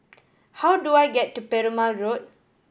how do I get to Perumal Road